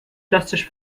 plastisch